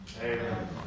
Amen